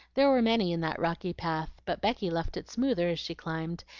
there were many in that rocky path, but becky left it smoother as she climbed,